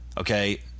Okay